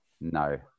no